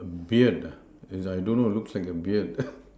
beard ah is I don't know looks like a beard